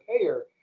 payer